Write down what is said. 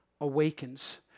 awakens